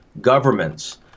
governments